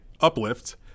Uplift